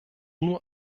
nur